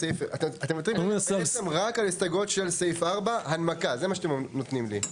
אתם מדברים רק על הסתייגות של סעיף 4. הנמקה זה מה שאתם נותנים לי?